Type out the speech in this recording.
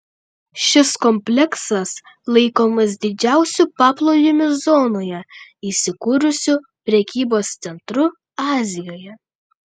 šis kompleksas laikomas didžiausiu paplūdimio zonoje įsikūrusiu prekybos centru azijoje